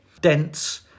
Dense